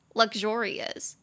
luxurious 。